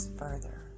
further